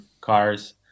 cars